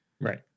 Right